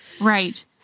Right